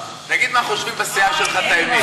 תגיד מה חושבים בסיעה שלך, את האמת.